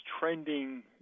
trending –